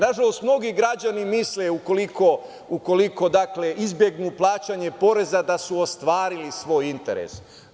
Nažalost, mnogi građani misle ukoliko izbegnu plaćanje poreza da su ostvarili svoj interes.